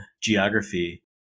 geography